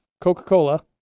Coca-Cola